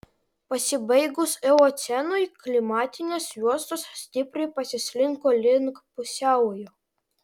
pasibaigus eocenui klimatinės juostos stipriai pasislinko link pusiaujo